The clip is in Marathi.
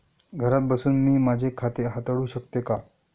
घरात बसून मी माझे खाते हाताळू शकते का?